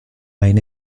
main